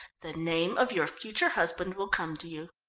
the name of your future husband will come to you.